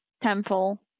temple